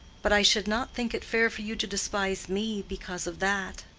but i should not think it fair for you to despise me because of that.